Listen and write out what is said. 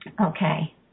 Okay